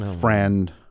friend